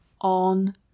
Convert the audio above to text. on